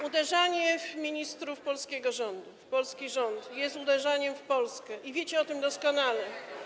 Uderzanie w ministrów polskiego rządu, w polski rząd jest uderzaniem w Polskę i wiecie o tym doskonale.